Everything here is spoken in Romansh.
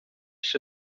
sche